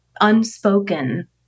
unspoken